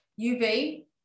UV